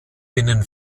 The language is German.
binnen